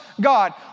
God